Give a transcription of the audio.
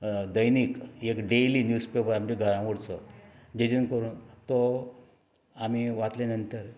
दैनीक एक daily newspaper आमचे घरा उरचो जेजून करून तो आमी वाचले नंतर